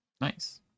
nice